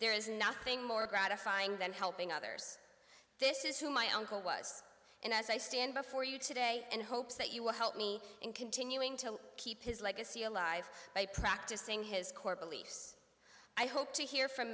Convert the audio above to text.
there is nothing more gratifying than helping others this is who my uncle was and as i stand before you today in hopes that you will help me in continuing to keep his legacy alive by practicing his core beliefs i hope to hear from